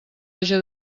haja